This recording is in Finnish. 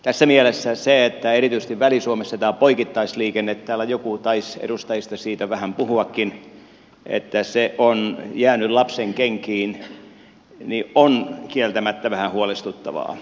tässä mielessä se että erityisesti väli suomessa tämä poikittaisliikenne täällä taisi joku edustajista siitä vähän puhuakin on jäänyt lapsenkenkiin on kieltämättä vähän huolestuttavaa